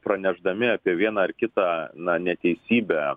pranešdami apie vieną ar kitą na neteisybę